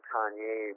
Kanye